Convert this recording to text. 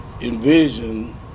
envision